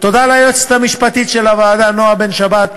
תודה ליועצת המשפטית של הוועדה נועה בן-שבת,